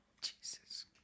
Jesus